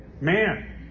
man